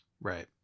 Right